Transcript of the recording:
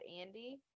andy